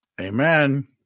Amen